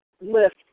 lift